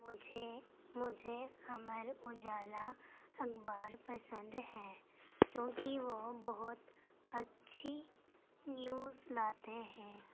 مجھے مجھے امر اجالا اخبار پسند ہے کیونکہ وہ بہت اچھی نیوز لاتے ہیں